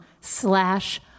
slash